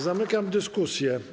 Zamykam dyskusję.